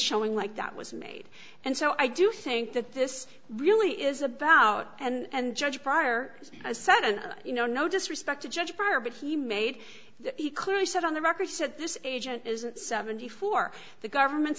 showing like that was made and so i do think that this really is about and judge pryor has said and you know no disrespect to judge prior but he made he clearly said on the record said this agent is seventy four the government's